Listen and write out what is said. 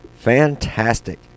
Fantastic